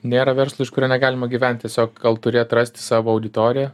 nėra verslo iš kurio negalima gyvent tiesiog gal turi atrasti savo auditoriją